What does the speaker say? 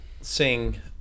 sing